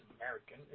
American